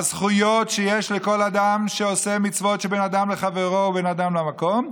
הזכויות שיש לכל אדם שעושה מצוות שבין אדם לחברו ובין אדם למקום,